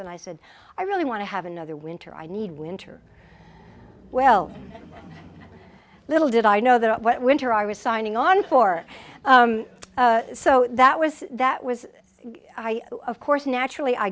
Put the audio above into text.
and i said i really want to have another winter i need winter well little did i know that what winter i was signing on for so that was that was of course naturally i